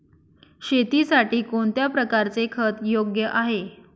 शेतीसाठी कोणत्या प्रकारचे खत योग्य आहे?